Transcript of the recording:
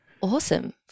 Awesome